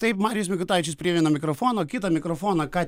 taip marijus mikutavičius prie vieno mikrofono kitą mikrofoną ką